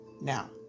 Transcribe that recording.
now